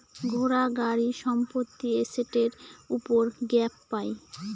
ঘোড়া, গাড়ি, সম্পত্তি এসেটের উপর গ্যাপ পাই